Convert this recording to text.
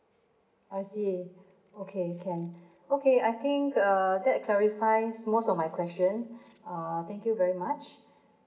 I see okay can okay I think err that clarifies most of my questions uh thank you very much